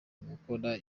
gukora